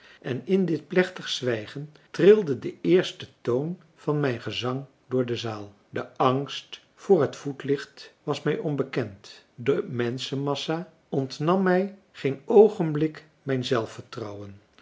en in dit plechtig zwijgen trilde de eerste toon van mijn gezang door de zaal de angst voor het voetlicht was mij onbekend de menschenmassa ontnam mij geen oogenblik mijn zelfvertrouwen